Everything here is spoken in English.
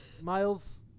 miles